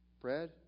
Bread